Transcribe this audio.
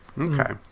okay